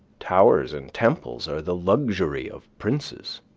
towers and temples are the luxury of princes.